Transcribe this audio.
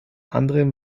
anderem